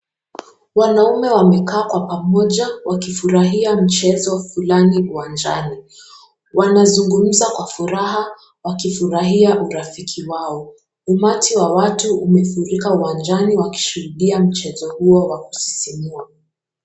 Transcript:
Wanaume wamekaa pamoja wakifurahia mchezo fulani uwanjani. Wanazungumza kwa furaha wakifurahia urafiki wao. Umati wa watu umefurika uwanjani wakishuhudia mchezo huo wa kusisimua.